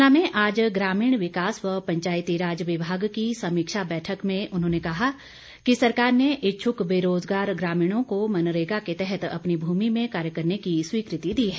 शिमला में आज ग्रामीण विकास व पंचायतीराज विभाग की समीक्षा बैठक में उन्होंने कहा कि सरकार ने इच्छुक बेरोजगार ग्रामीणों को मनरेगा के तहत अपनी भूमि में कार्य करने की स्वीकृति दी है